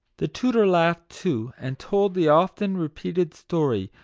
the tutor laughed too, and told the often repeated story,